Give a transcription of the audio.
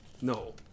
no